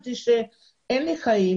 שאין לי חיים,